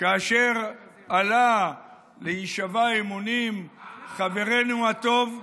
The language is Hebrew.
כאשר עלה להישבע אמונים חברנו הטוב,